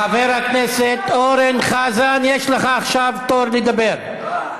חבר הכנסת אורן חזן, יש לך עכשיו תור לדבר.